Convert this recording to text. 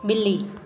ॿिली